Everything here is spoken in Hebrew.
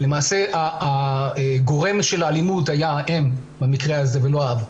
למעשה הגורם של האלימות היה האם במקרה הזה ולא האב,